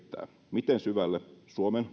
miten syvälle suomen